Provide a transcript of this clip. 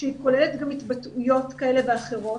שהיא כוללת גם התבטאויות כאלה ואחרות,